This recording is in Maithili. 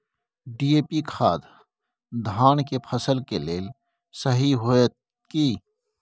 डी.ए.पी खाद धान के फसल के लेल सही होतय की?